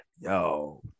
yo